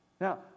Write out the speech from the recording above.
Now